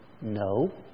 No